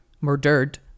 murdered